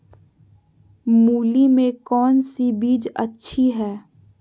मूली में कौन सी बीज अच्छी है?